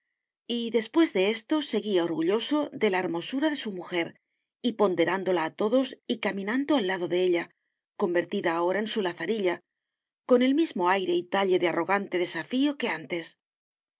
y después de esto seguía orgulloso de la hermosura de su mujer y ponderándola a todos y caminando al lado de ella convertida ahora en su lazarilla con el mismo aire y talle de arrogante desafío que antes